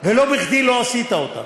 ולא בכדי לא עשית אותן.